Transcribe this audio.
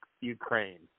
Ukraine